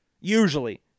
Usually